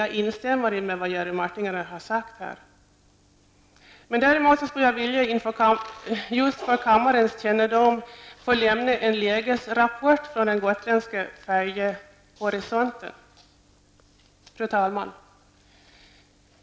Jag instämmer i vad Jerry Martinger har sagt. Däremot skulle jag vilja inför kammaren avlägga en lägesrapport för den gotländska färjetrafiken. Fru talman!